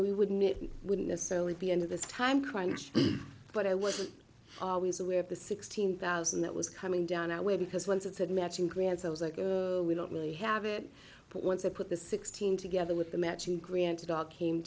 know we wouldn't it wouldn't necessarily be under this time crunch but i wasn't always aware of the sixteen thousand that was coming down our way because once it's had matching grants it was like we don't really have it but once i put the sixteen together with the matching granted all came